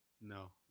No